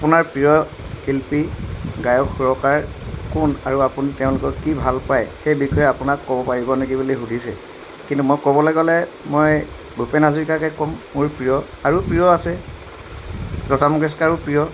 আপোনাৰ প্ৰিয় শিল্পী গায়ক সুৰকাৰ কোন আৰু আপুনি তেওঁলোকক কি ভাল পায় সেই বিষয়ে আপোনাক ক'ব পাৰিব নেকি বুলি সুধিছে কিন্তু মই ক'বলৈ গ'লে মই ভূপেন হাজৰিকাকে ক'ম মোৰ প্ৰিয় আৰু প্ৰিয় আছে লতা মংগেশকাৰো প্ৰিয়